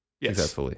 Yes